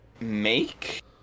Make